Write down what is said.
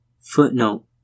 Footnote